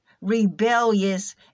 rebellious